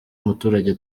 muturage